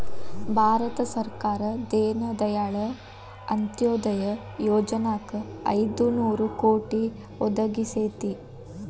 ಭಾರತ ಸರ್ಕಾರ ದೇನ ದಯಾಳ್ ಅಂತ್ಯೊದಯ ಯೊಜನಾಕ್ ಐದು ನೋರು ಕೋಟಿ ಒದಗಿಸೇತಿ